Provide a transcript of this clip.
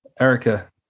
Erica